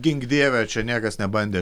gink dieve čia niekas nebandė